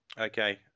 Okay